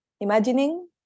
imagining